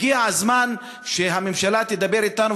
הגיע הזמן שהממשלה תדבר אתנו.